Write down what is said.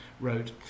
wrote